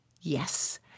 yes